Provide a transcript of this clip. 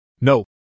No